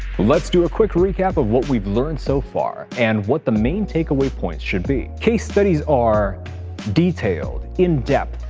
let's do a quick recap of what we've learned so far, and what the main takeaway points should be. case studies are detailed, in-depth,